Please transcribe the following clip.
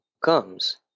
comes